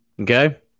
okay